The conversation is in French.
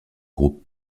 groupe